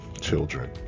children